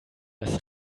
dass